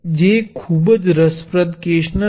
જે ખૂબ જ રસપ્રદ કેસ નથી